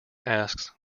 asks